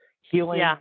Healing